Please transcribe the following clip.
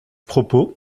propos